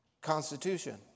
Constitution